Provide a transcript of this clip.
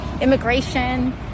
Immigration